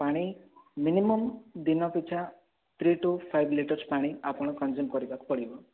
ପାଣି ମିନିମମ୍ ଦିନ ପିଛା ଥ୍ରୀ ଟୁ ଫାଇଭ୍ ଲିଟର୍ସ ପାଣି ଆପଣ କନ୍ଜିୟୁମ୍ କରିବାକୁ ପଡ଼ିବ